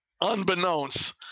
unbeknownst